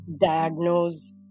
diagnose